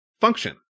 function